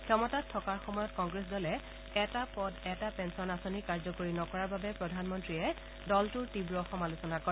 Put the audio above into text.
ক্ষমতাত থকাৰ সময়ত কংগ্ৰেছ দলে এটা পদ এটা পেষন আঁচনি কাৰ্যকৰী নকৰাৰ বাবে প্ৰধানমন্ত্ৰীয়ে দলটোৰ তীৱ সমালোচনা কৰে